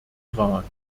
rat